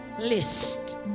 list